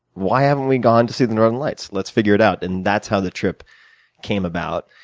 why haven't we gone to see the northern lights? let's figure it out and that's how the trip came about.